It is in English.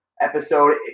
episode